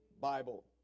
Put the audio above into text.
Bible